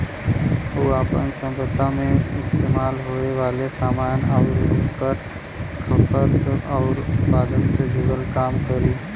उ आपन सभ्यता मे इस्तेमाल होये वाले सामान आउर ओकर खपत आउर उत्पादन से जुड़ल काम करी